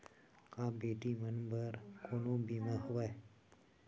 का बेटी मन बर कोनो बीमा हवय?